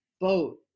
boat